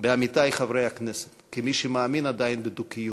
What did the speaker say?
בעמיתי חברי הכנסת, כמי שמאמין עדיין בדו-קיום: